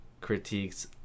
critiques